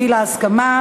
גיל ההסכמה),